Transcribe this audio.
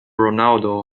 ronaldo